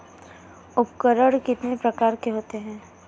उपकरण कितने प्रकार के होते हैं?